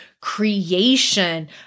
creation